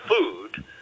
food